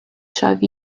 hiv